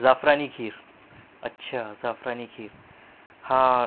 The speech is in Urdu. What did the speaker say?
زعفرانی کھیر اچھا زعفرانی کھیر ہاں